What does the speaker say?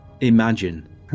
Imagine